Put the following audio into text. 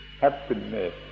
happiness